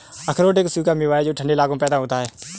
अखरोट एक सूखा मेवा है जो ठन्डे इलाकों में पैदा होता है